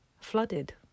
flooded